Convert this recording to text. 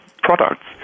products